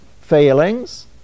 failings